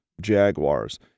jaguars